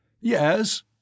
Yes